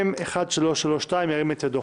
אם לא היית פה,